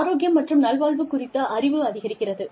ஆரோக்கியம் மற்றும் நல்வாழ்வு குறித்த அறிவு அதிகரிக்கிறது